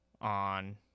on